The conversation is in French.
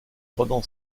pendant